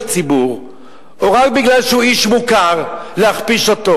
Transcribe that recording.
ציבור או רק כי הוא איש מוכר ולהכפיש אותו.